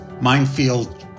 minefield